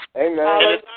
Amen